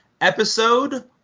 episode